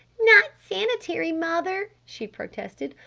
not sanitary, mother? she protested.